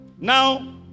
Now